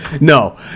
No